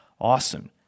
Awesome